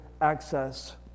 access